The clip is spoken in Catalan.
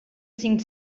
cinc